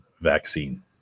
vaccine